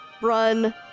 run